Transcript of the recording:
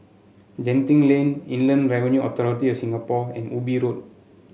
Genting Lane Inland Revenue Authority of Singapore and Ubi Road